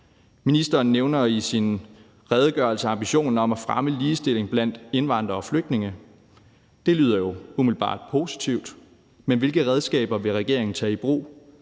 Ministeren nævner i sin redegørelse ambitionen om at fremme ligestilling blandt indvandrere og flygtninge. Det lyder jo umiddelbart positivt, men hvilke redskaber vil regeringen tage i brug?